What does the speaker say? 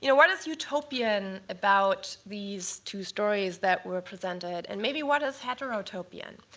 you know what is utopian about these two stories that were presented? and maybe what is heterotopian?